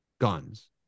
guns